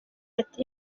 ati